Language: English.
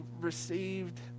received